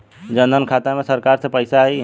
जनधन खाता मे सरकार से पैसा आई?